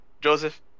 Joseph